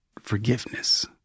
forgiveness